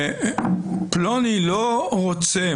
פלוני לא רוצה,